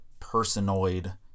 personoid